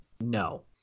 no